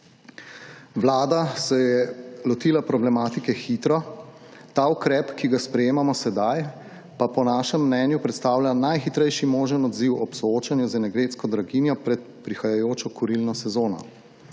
Vlada se je lotila problematike hitro. Ta ukrep, ki ga sprejemamo sedaj pa po našem mnenju predstavlja najhitrejši možen odziv ob soočanju z energetsko draginjo pred prihajajočo kurilno sezono.